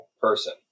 person